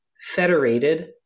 federated